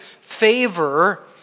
favor